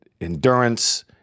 endurance